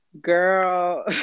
Girl